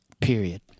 Period